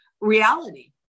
reality